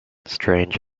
strange